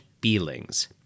feelings